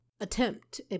attempt